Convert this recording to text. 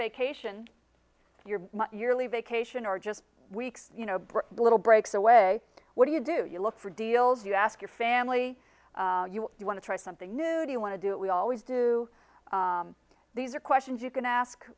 vacation your yearly vacation or just weeks the little breaks away what do you do you look for deals you ask your family you want to try something new do you want to do it we always do these are questions you can ask